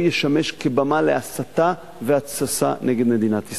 ישמש כבמה להסתה והתססה נגד מדינת ישראל.